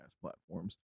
platforms